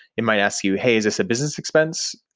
it might ask you, hey, is this a business expense?